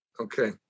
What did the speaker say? Okay